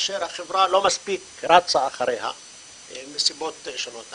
וכאשר החברה לא מספיק רצה אחריה מסיבות שונות.